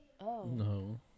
No